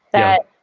that,